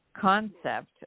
concept